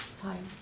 time